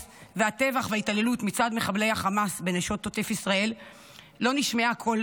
והטבח וההתעללות מצד מחבלי החמאס בנשות עוטף ישראל לא נשמעו קול